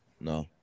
No